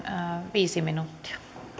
viisi minuuttia